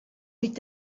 mit